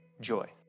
joy